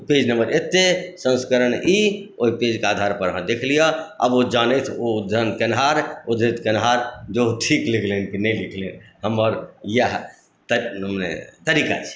page number एते संस्करण ई ओहि पेजके आधार पर अहाँ देखि लिअ आब ओ जानथि ओ जहन केनहार उद्धृत केनहार जे ओ ठीक लिखलनि कि नहि लिखलनि हमर इएह तरीका छी